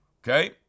okay